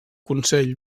consell